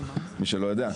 מי שלא יודע.